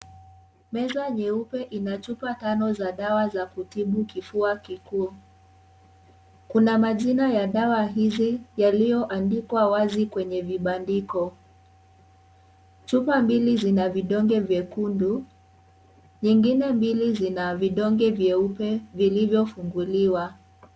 Meza nyeupe ina chupa tano za dawa za kutibu kifua kikuu. Kuna majina ya dawa hizi yaliyoandikwa wazi kwenye vibandiko. Chupa mbili zina vidonge vyekundu, nyingine mbili zina vidonge vyeupe vilivyofunguliwa.